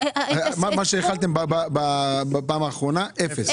מה שהחלתם בפעם האחרונה היה אפס?